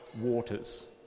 waters